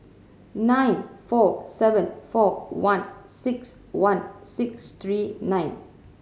nine four seven four one six one six three nine